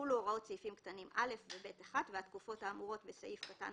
יחולו הוראות סעיפים קטנים (א) ו-(ב1) והתקופות האמורות בסעיף קטן